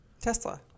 Tesla